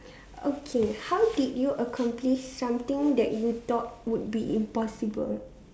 okay how did you accomplish something that you thought would be impossible